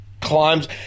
climbs